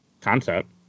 concept